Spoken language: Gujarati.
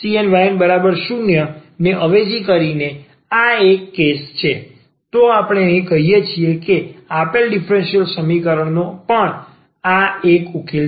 તેથી આ c1y1c2y2⋯cnyn0 ને અવેજી કરીને જો આ કેસ છે તો આપણે કહીશું કે આપેલ ડીફરન્સીયલ સમીકરણનો પણ આ એક ઉકેલ છે